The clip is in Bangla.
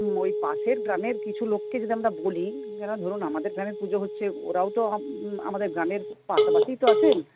ওই পাশের গ্রামের কিছু লোককে যদি আমরা বলি কেন ধরুন আমাদের গ্রামে পুজো হচ্ছে ওরাও তো আমাদের গ্রামের পাশাপাশিই তো আছেন